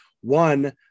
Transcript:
One